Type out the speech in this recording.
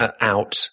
out